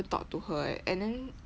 talk to her eh and then